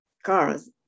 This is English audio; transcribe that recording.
Cars